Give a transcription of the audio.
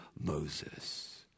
Moses